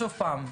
שוב פעם,